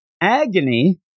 Agony